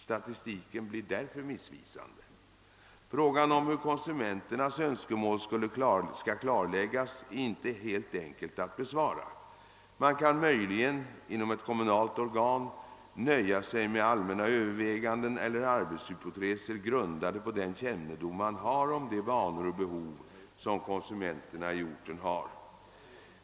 Statistiken blir därför missvisande. Frågan om hur konsumenternas Öönskemål skall klarläggas är inte helt enkel att besvara. Man kan möjligen inom ett kommunalt organ nöja sig med allmänna överväganden eller arbetshypoteser, grundade på den kännedom man har om de vanor och behov som konsumenterna i orten har.